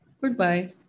Goodbye